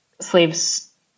slaves